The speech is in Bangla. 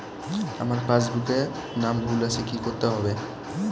আমার পাসবুকে নাম ভুল আছে কি করতে হবে?